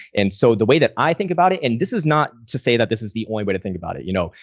and so the way that i think about it, and this is not to say that this is the only way to think about it, you know,